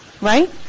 Right